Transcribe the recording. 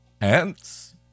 ants